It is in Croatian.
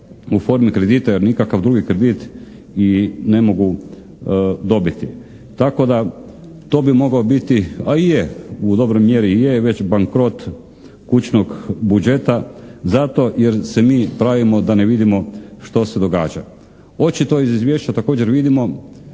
u formi kredita jer nikakav drugi kredit i ne mogu dobiti. Tako da to bi mogao biti a i je, u dobroj mjeri je već bankrot kućnog budžeta zato jer se mi pravimo da ne vidimo što se događa. Očito iz izvješća također vidimo